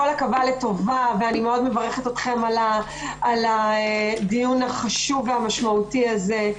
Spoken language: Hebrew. כל עכבה לטובה ואני מאוד מברכת אתכם על הדיון החשוב והמשמעותי הזה,